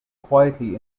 quietly